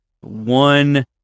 one